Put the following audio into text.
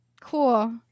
cool